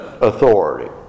authority